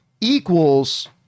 equals